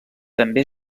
també